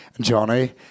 Johnny